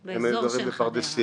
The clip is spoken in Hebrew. בחדרה, היינו גרים בפרדסייה.